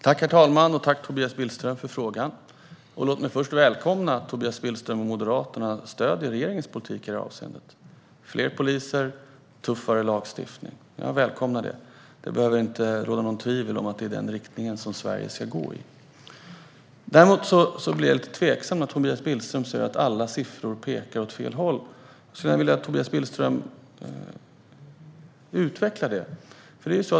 Herr talman! Jag tackar Tobias Billström för frågan. Låt mig först välkomna att Tobias Billström och Moderaterna stöder regeringens politik i detta avseende - fler poliser och tuffare lagstiftning. Jag välkomnar detta. Det behöver inte råda något tvivel om att detta är den riktning som Sverige ska gå i. Däremot blir jag lite tveksam när Tobias Billström säger att alla siffror pekar åt fel håll. Jag skulle vilja att Tobias Billström utvecklar detta.